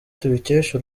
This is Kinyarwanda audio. tubikesha